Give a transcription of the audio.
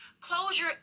Closure